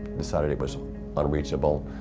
decided it was unreachable,